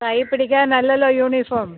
കയ്യിൽ പിടിക്കാൻ അല്ലല്ലോ യൂണിഫോം